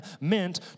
meant